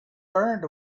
burned